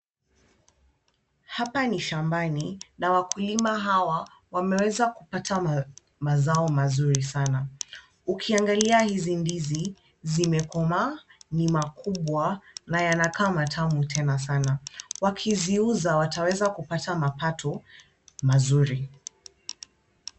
Hapa ni shambani na wakulima hawa wameweza kupata mazao mazuri sana. Ukiangalia hizi ndizi, zime komaa, ni makubwa na yana kama tamu tena sana. Wakiziuza wataweza kupata mapato mazuri.